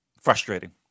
Frustrating